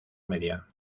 media